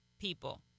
people